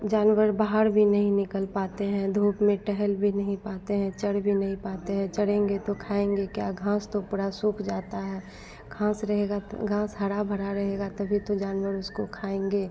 जानवर बाहर भी नहीं निकल पाते हैं धूप में टहल भी नहीं पाते हैं चर भी नहीं पाते हैं चरेंगे तो खाएंगे क्या घांस तो पुरी सूख जाती है घाँस रहेगी तो घाँस हरी भरी रहेगी तभी तो जानवर उसको खाएंगे